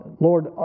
Lord